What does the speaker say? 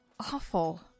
Awful